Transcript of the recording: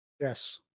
Yes